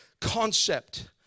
concept